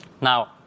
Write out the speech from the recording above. Now